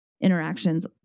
interactions